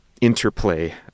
interplay